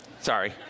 Sorry